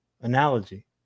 Analogy